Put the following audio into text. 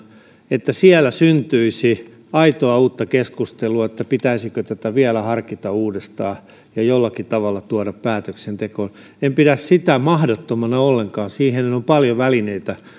että siellä syntyisi aitoa uutta keskustelua pitäisikö tätä vielä harkita uudestaan ja jollakin tavalla tuoda päätöksentekoon en pidä sitä mahdottomana ollenkaan siihen on paljon välineitä